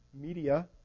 media